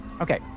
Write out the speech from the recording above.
Okay